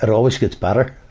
and always gets better.